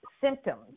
symptoms